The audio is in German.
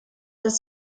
das